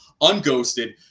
Unghosted